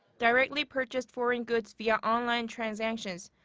directly purchased foreign goods via online transactions.